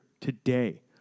today